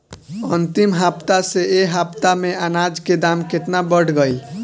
अंतिम हफ्ता से ए हफ्ता मे अनाज के दाम केतना बढ़ गएल?